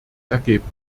ergeben